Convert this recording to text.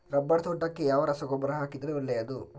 Rubber ತೋಟಕ್ಕೆ ಯಾವ ರಸಗೊಬ್ಬರ ಹಾಕಿದರೆ ಒಳ್ಳೆಯದು?